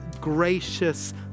gracious